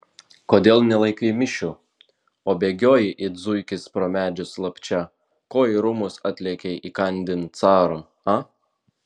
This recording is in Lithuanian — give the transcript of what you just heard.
kodėl nelaikai mišių o bėgioji it zuikis pro medžius slapčia ko į rūmus atlėkei įkandin caro a